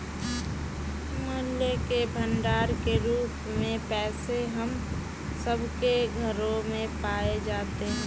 मूल्य के भंडार के रूप में पैसे हम सब के घरों में पाए जाते हैं